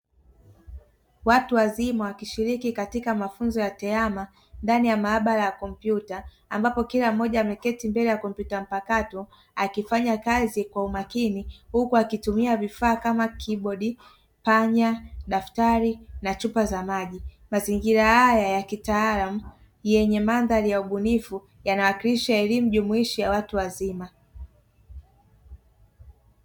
Watu wazima wakishiriki katika mafunzo ya tehama ndani ya maabara ya kompyuta ambapo kila mmoja ameketi mbele ya kompyuta mpakato akifanya kazi kwa umakini, huku akitumia kifaa kama kibodi, panya, daftari na chupa za maji. Mazingira haya yakitaalamu yenye mandhari ya ubunifu yanawakilisha elimu jumuishi ya watu wazima.